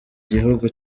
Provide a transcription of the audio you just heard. gihugu